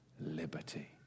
liberty